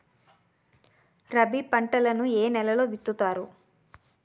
రబీ పంటలను ఏ నెలలో విత్తుతారు?